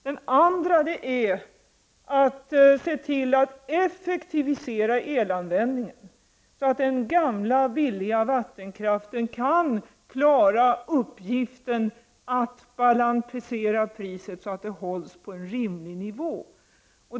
Det andra sättet är att se till att effektivisera elanvändningen så att den gamla billiga vattenkraften kan klara uppgiften att balansera priset så att det hålls på en rimlig nivå.